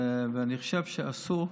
ואני חושב שאסור,